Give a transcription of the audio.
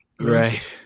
Right